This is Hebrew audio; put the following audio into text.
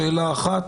שאלה אחת.